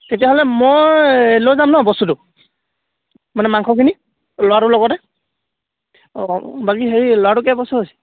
তেতিয়াহ'লে মই লৈ যাম নহ্ বস্তুটো মানে মাংসখিনি ল'ৰাটোৰ লগতে অঁ বাকী হেৰি ল'ৰাটো কেই বছৰ হৈছে